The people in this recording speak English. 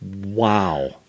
wow